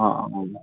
অঁ অঁ অঁ